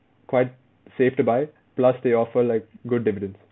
quite safe to buy plus they offer like good dividends